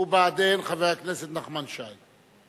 ו"בעדין" חבר הכנסת נחמן שי.